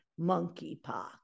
monkeypox